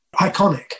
iconic